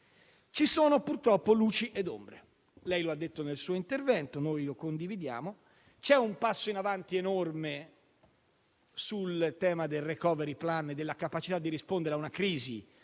Ci sono purtroppo luci ed ombre, lei lo ha detto nel suo intervento e lo condividiamo. C'è un passo in avanti enorme sul tema del *recovery plan* e della capacità di rispondere alla crisi,